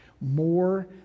more